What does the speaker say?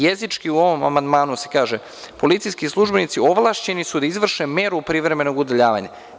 Jezički u ovom amandmanu se kaže – policijski službenici ovlašćeni su da izvrše meru privremenog udaljavanja.